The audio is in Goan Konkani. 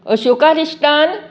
अशोका रिश्टान